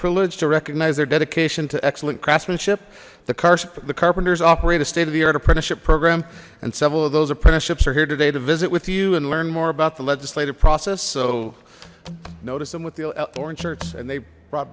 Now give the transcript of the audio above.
privilege to recognize their dedication to excellent craftsmanship the cars the carpenters operate a state of the art apprenticeship program and several of those apprenticeships are here today to visit with you and learn more about the legislative process so notice them with the orange shirts and they brought